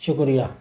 شکریہ